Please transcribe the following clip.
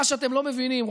מה שאתם לא מבינים,